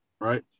right